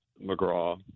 McGraw